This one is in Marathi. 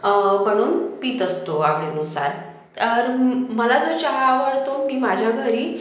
बनवून पीत असतो आवडीनुसार तर म मला जो चहा आवडतो मी माझ्या घरी